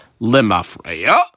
Lemafreya